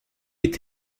est